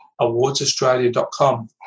awardsaustralia.com